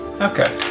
Okay